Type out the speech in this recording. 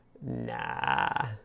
Nah